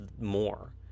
more